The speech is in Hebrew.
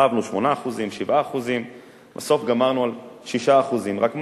רבנו, 8%, 7%. בסוף גמרנו עם 6%. רק מה?